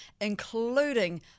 including